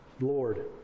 Lord